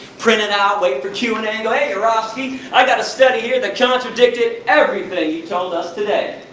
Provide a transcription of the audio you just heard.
print it out, wait for q and a, go hey yourofsky, i got a study here that contradicted everything you told us today.